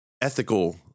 ethical